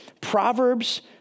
Proverbs